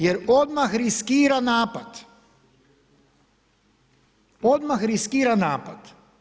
Jer odmah riskira napad, odmah riskira napad.